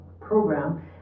Program